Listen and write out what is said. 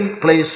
place